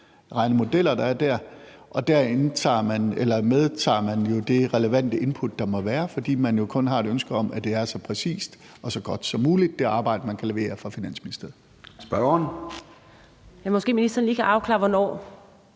Der medtager man jo det relevante input, der måtte være, fordi man jo kun har et ønske om, at det arbejde, man kan levere fra Finansministeriet,